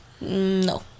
No